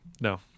no